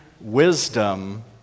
wisdom